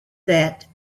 that